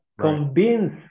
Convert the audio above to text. convince